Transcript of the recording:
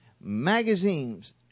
magazines